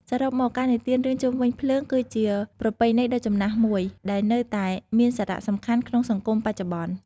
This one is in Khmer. សរុបមក ការនិទានរឿងជុំវិញភ្លើងគឺជាប្រពៃណីដ៏ចំណាស់មួយដែលនៅតែមានសារៈសំខាន់ក្នុងសង្គមបច្ចុប្បន្ន។